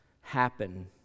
happen